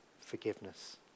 forgiveness